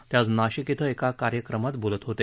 ते आज नाशिक इथं एका कार्यक्रमात बोलत होते